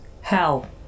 Hell